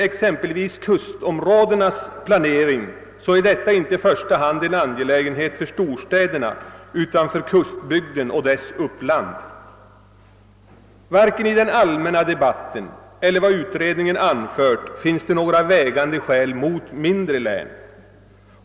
Exempelvis kustområdenas planering är inte i första hand en angelägenhet för storstäderna utan för kustbygden och dess uppland. Varken i den allmänna debatten eller av utredningen anförs några vägande skäl mot mindre län.